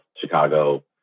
chicago